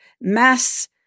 mass